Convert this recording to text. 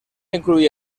incluye